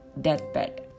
deathbed